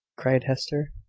cried hester.